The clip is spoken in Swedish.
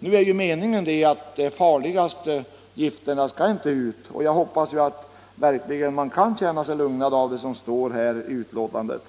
Nu är det ju meningen att de farligaste gifterna inte skall spridas, och jag hoppas verkligen att man kan känna sig lugnad av det som står i betänkandet.